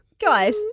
guys